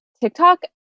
TikTok